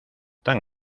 tan